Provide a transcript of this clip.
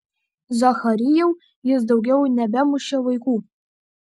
zacharijau jis daugiau nebemušė vaikų